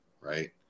right